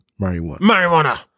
marijuana